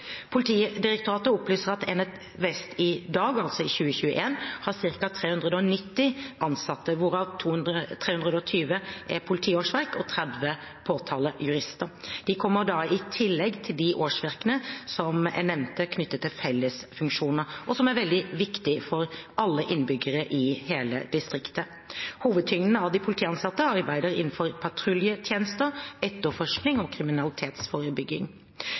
Politidirektoratet opplyser at Enhet vest i dag, altså i 2021, har ca. 390 ansatte, hvorav 320 er politiårsverk og 30 er påtalejurister. De kommer i tillegg til de årsverkene jeg nevnte knyttet til fellesfunksjonene, som er veldig viktige for alle innbyggere i hele distriktet. Hovedtyngden av de politiansatte arbeider innenfor patruljetjenester, etterforskning og kriminalitetsforebygging.